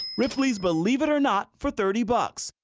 ripley's believe it or not for thirty bucks,